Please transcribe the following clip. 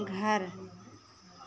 घर